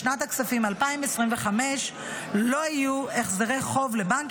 בשנת הכספים 2025 לא יהיו החזרי חוב לבנק